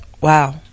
Wow